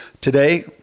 Today